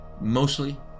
mostly